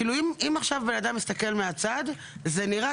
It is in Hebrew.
כאילו אם עכשיו בן אדם מסתכל מהצד זה נראה